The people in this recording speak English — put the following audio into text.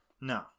No